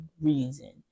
reason